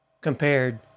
compared